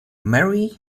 mary